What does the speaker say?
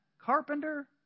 carpenter